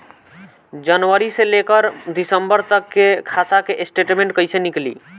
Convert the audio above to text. जनवरी से लेकर दिसंबर तक के खाता के स्टेटमेंट कइसे निकलि?